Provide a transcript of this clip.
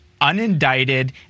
unindicted